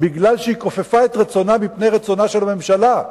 כי היא כופפה את רצונה מפני רצונה של הממשלה.